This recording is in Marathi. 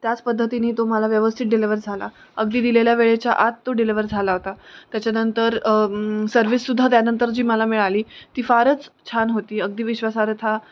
त्याच पद्धतीनी तो मला व्यवस्थित डिलिवर झाला अगदी दिलेल्या वेळेच्या आत तो डिलिवर झाला होता त्याच्यानंतर सर्विससुद्धा त्यानंतर जी मला मिळाली ती फारच छान होती अगदी विश्वासार्हता